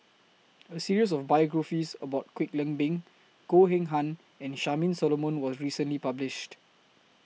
A series of biographies about Kwek Leng Beng Goh Eng Han and Charmaine Solomon was recently published